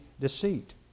deceit